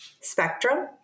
spectrum